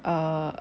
err